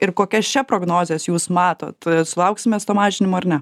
ir kokias čia prognozes jūs matot sulauksim mes to mažinimo ar ne